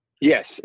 Yes